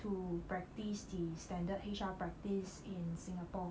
to practice the standard H_R practice in Singapore